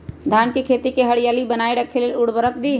धान के खेती की हरियाली बनाय रख लेल उवर्रक दी?